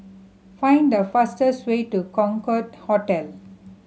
find the fastest way to Concorde Hotel